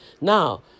Now